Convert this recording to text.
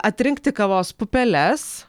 atrinkti kavos pupeles